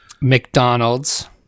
McDonald's